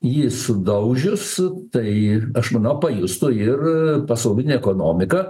jį sudaužius tai aš manau pajustų ir pasaulinė ekonomika